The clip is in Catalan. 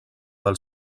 del